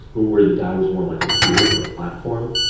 ah where the dao is more like a tool or a platform,